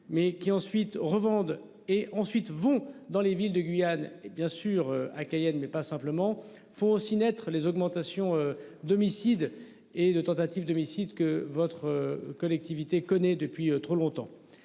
mais qui ensuite revendent et ensuite vont dans les villes de Guyane hé bien sûr à Cayenne, mais pas simplement faut aussi naître les augmentations d'homicides et de tentatives d'homicide que votre collectivité connaît depuis trop longtemps.